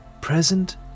present